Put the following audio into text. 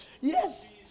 Yes